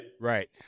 Right